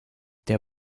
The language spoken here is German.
der